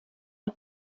der